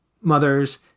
mothers